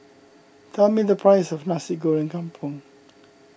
tell me the price of Nasi Goreng Kampung